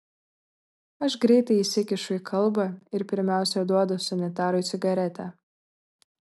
aš greitai įsikišu į kalbą ir pirmiausia duodu sanitarui cigaretę